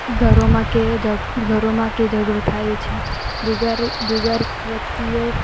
ઘરોમાં કે ઝગ ઘરોમાં કે ઝઘડો થાય છે જુગારી જુગારી વ્યક્તિઓ